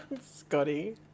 Scotty